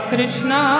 Krishna